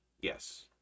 Yes